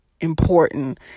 important